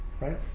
right